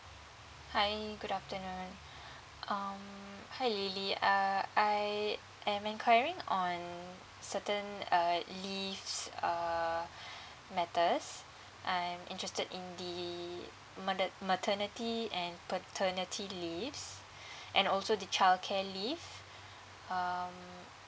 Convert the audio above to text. hi good afternoon um hi lily uh I am inquiring on certain uh leaves err matters I'm interested in the mater~ maternity and paternity leaves and also the childcare leave um